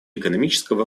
экономического